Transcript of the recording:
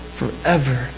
forever